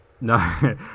No